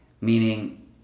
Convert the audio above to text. Meaning